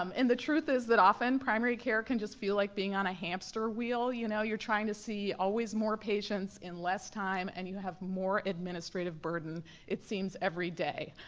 um the truth is that often, primary care can just feel like being on a hamster wheel. you know you're trying to see always more patients in less time and you have more administrative burden it seems every day.